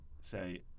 say